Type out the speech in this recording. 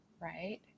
right